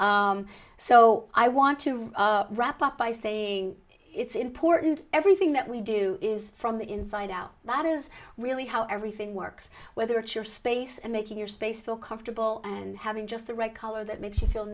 so i want to wrap up by saying it's important everything that we do is from the inside out that is really how everything works whether to your space and making your space feel comfortable and having just the right color that makes